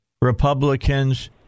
Republicans